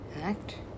act